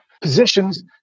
positions